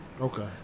Okay